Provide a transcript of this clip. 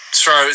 throw